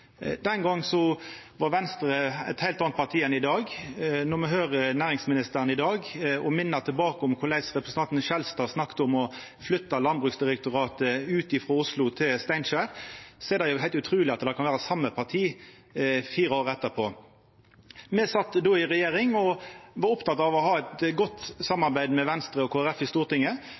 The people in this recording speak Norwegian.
Den gongen var Venstre eit heilt anna parti enn i dag. Når me høyrer næringsministeren i dag og minnast korleis representanten Skjelstad snakka om å flytta Landbruksdirektoratet ut frå Oslo og til Steinkjer, er det heilt utruleg at det kan vera same parti fire år etterpå. Me sat då i regjering og var opptekne av å ha eit godt samarbeid med Venstre og Kristeleg Folkeparti i Stortinget.